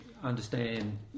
understand